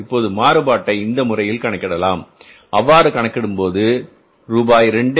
இப்போது மாறுபாட்டை இந்த முறையில் கணக்கிடலாம் அவ்வாறு கணக்கிடும்போது ரூபாய் 2